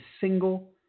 single